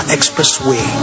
Expressway